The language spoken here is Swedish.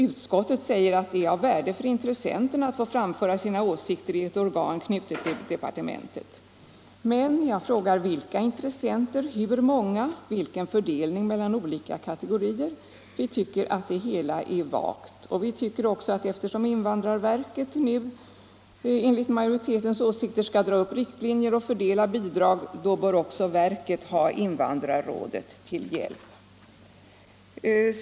Utskottet säger att det är av värde för intressenterna att få framföra sina åsikter i ett organ knutet till departementet. Men jag frågar: Vilka intressenter, hur många, vilken fördelning mellan olika kategorier? Vi tycker att det hela är vagt. Eftersom invandrarverket nu enligt majoritetens åsikter skall dra upp riktlinjer och fördela bidrag tycker vi att verket också bör ha invandrarrådet till hjälp.